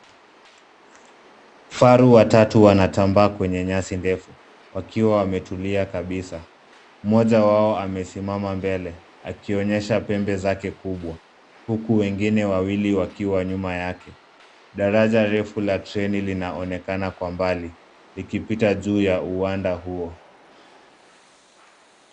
Faru watatu wanatambaa kwenye nyasi ndefu wakiwa wametulia kabisa. Mmoja wao amesimama mbele akionyesha pembe zake kubwa huku wengine wawili wakiwa nyuma yake. Daraja refu la treni linaonekana kwa mbali likipita juu ya uwanda huo.